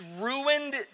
ruined